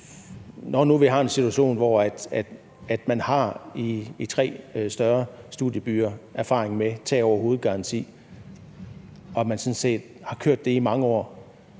nu vi har en situation, hvor man i tre større studiebyer har erfaring med tag over hovedet-garantien og man sådan set har kørt det i mange år,